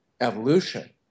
evolution